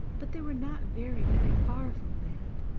but they were not very, very far from land,